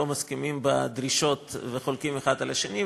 מסכימים בדרישות וחולקים האחד על השני.